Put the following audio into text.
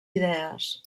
idees